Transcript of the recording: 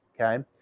okay